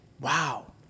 wow